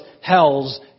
hell's